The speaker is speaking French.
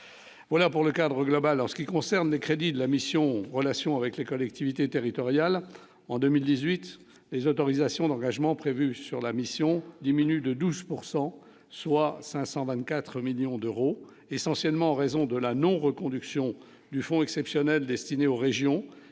voilà pour le cadre global en ce qui concerne les crédits de la mission, relations avec les collectivités territoriales en 2018 les autorisations d'engagements prévus sur la mission diminue de 12 pourcent soit 524 millions d'euros, essentiellement en raison de la non-reconduction du fonds exceptionnel destiné aux régions